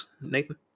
Nathan